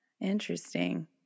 Interesting